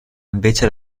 invece